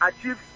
achieve